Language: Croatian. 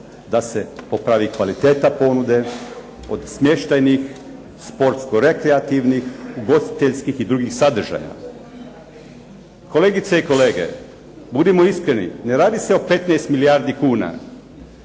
da se popravi kvaliteta ponude od smještajnih, sportsko-rekreativnih, ugostiteljskih i drugih sadržaja. Kolegice i kolege, budimo iskreni ne radi se o 15 milijardi kuna.